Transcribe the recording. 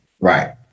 right